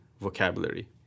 vocabulary